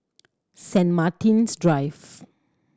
Saint Martin's Drive